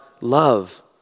love